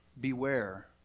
Beware